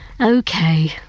Okay